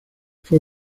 fue